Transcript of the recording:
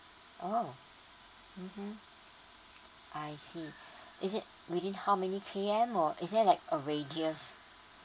oh mmhmm I see is it within how many K_M or is there like a radius